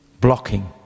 blocking